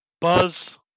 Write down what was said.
Buzz